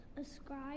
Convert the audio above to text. ascribe